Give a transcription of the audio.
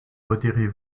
retirez